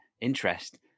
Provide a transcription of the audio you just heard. interest